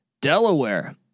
Delaware